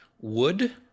wood